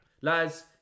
Lads